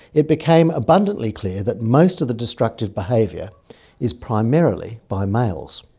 it became abundantly clear that most of the destructive behaviour is primarily by males.